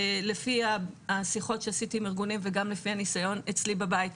לפי השיחות שעשיתי עם ארגונים וגם לפי הניסיון אצלי בבית,